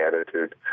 attitude